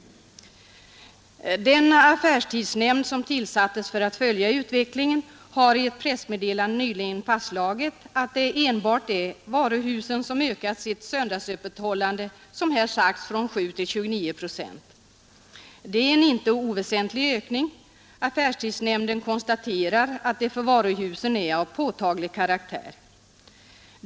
Den affärstidsnämnd som tillsattes för att följa utvecklingen har enligt ett pressmeddelande nyligen fastslagit att det enbart är varuhusen som ökat sitt söndagsöppethållande — som här sagts från 7 till 29 procent. Det är en inte oväsentlig ökning. A ffärstidsnämnden konstaterar att den för varuhusen är av påtaglig karaktär.